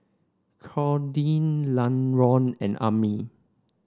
Claudine Laron and Amin